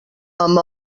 amb